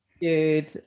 Good